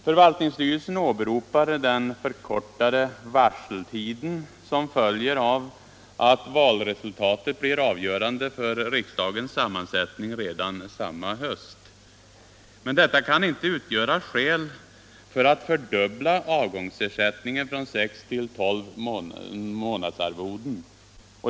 Förvaltningsstyrelsen åberopar den förkortade ”varseltiden”, som följer av att valresultatet blir avgörande för riksdagens sammansättning redan samma höst. Men detta kan inte utgöra skäl för att fördubbla avgångsersättningen från sex till tolv månadsarvoden.